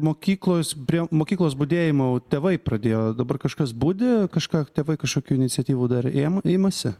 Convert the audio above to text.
mokyklos prie mokyklos budėjimo tėvai pradėjo dabar kažkas budi kažką tėvai kažkokių iniciatyvų dar ėm imasi